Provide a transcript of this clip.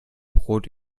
brot